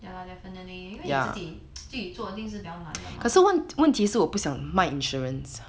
ya lah definitely 因为你自己自己做的一定是比较难的吗